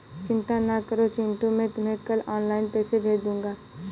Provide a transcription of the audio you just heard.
चिंता ना करो चिंटू मैं तुम्हें कल ऑनलाइन पैसे भेज दूंगा